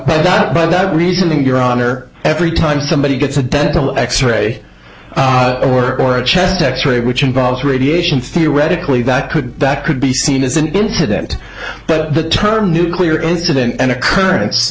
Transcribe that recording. know that by that reasoning your honor every time somebody gets a dental x ray or for a chest x ray which involves radiation theoretically that could that could be seen as an incident but the term nuclear incident an occurrence